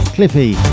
Clippy